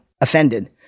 offended